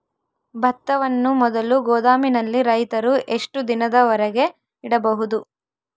ಭತ್ತವನ್ನು ಮೊದಲು ಗೋದಾಮಿನಲ್ಲಿ ರೈತರು ಎಷ್ಟು ದಿನದವರೆಗೆ ಇಡಬಹುದು?